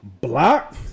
Block